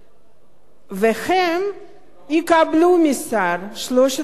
והם יקבלו מהשר 3,000 שקלים.